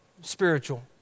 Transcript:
spiritual